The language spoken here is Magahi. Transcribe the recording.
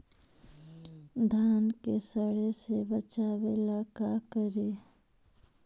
धान के सड़े से बचाबे ला का करि?